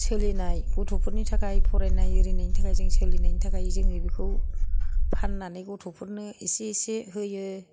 सोलिनाय गथ'फोरनि थाखाय फरायनाय आरिनायनि थाखाय जों सोलिनायनि थाखाय बेखौ फान्नानै गथ'फोरनो एसे एसे होयो